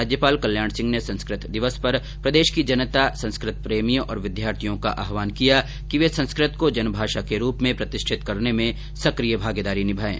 राज्यपाल कल्याण सिंह ने संस्कृत दिवस पर प्रदेश की जनता संस्कृत प्रेमियों और विद्यार्थियों का आहवान किया है कि वे संस्कृत को जन भाषा के रूप में प्रतिष्ठित करने में सकिय भागीदारी निभायें